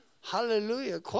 Hallelujah